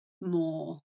more